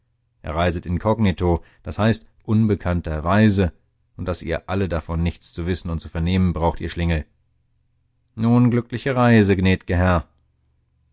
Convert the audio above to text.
er reiset inkognito das heißt unbekannterweise und daß ihr alle davon nichts zu wissen und zu vernehmen braucht ihr schlingel nun glückliche reise